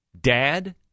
dad